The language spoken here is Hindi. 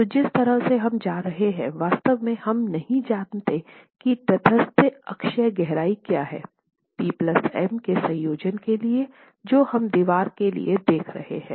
तो जिस तरह से हम जा रहे हैं वास्तव में हम नहीं जानते की तटस्थ अक्ष गहराई क्या है पी प्लस एम के संयोजन के लिए जो हम दीवार के लिए देख रहे हैं